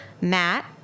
Matt